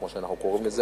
כמו שאנחנו קוראים לזה,